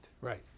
right